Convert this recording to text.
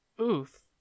oof